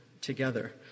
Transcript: together